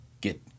get